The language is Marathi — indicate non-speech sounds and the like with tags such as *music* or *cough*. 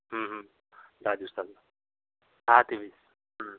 दहा दिवसात हां *unintelligible*